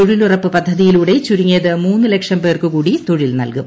തൊഴിലുറപ്പ് പദ്ധതിയിലൂടെ ചുരുങ്ങിയത് മൂന്നുലക്ഷം പേർക്കുകൂടി തൊഴിൽ നൽകും